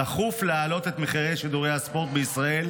דחוף להעלות את מחירי שידורי הספורט בישראל